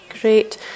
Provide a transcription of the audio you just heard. Great